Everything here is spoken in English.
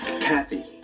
Kathy